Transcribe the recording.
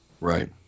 right